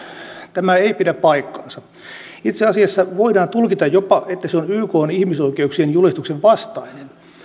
tämä ei pidä paikkaansa itse asiassa voidaan tulkita jopa että se on ykn ihmisoikeuksien julistuksen vastainen